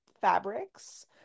fabrics